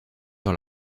sur